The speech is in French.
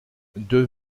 deux